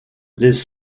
les